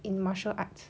in martial arts